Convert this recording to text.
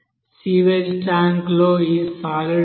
sewage tank లో ఈ solid ఉంది